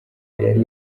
yari